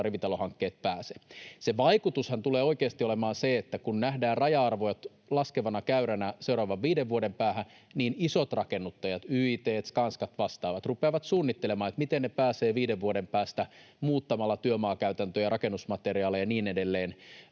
rivitalohankkeet pääse. Se vaikutushan tulee oikeasti olemaan se, että kun nähdään raja-arvot laskevana käyränä seuraavan viiden vuoden päähän, niin isot rakennuttajat, YIT:t, Skanskat, vastaavat, rupeavat suunnittelemaan, miten ne pääsevät viiden vuoden päästä siihen maaliin muuttamalla työmaakäytäntöjä, rakennusmateriaaleja ja niin edelleen.